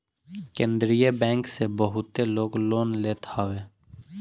केंद्रीय बैंक से बहुते लोग लोन लेत हवे